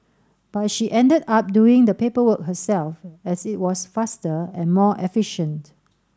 but she ended up doing the paperwork herself as it was faster and more efficient